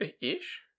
Ish